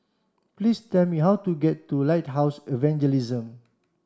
please tell me how to get to Lighthouse Evangelism